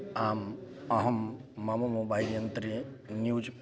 आम् अहं मम मोबैल् यन्त्रे न्यूज्